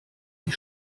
die